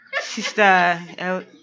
Sister